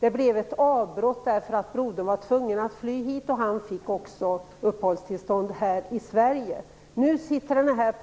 Det blev ett avbrott för att brodern var tvungen att fly hit, och brodern fick uppehållstillstånd här i Sverige.